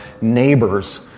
neighbors